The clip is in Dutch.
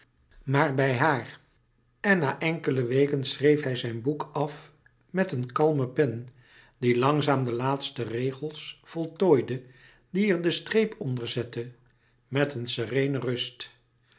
maar bij haar en na enkele weken schreef hij zijn boek af met een kalme pen die langzaam de laatste regels voltooide die er den streep onder zette met een sereene rust